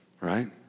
right